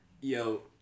yo